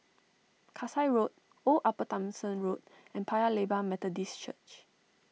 Kasai Road Old Upper Thomson Road and Paya Lebar Methodist Church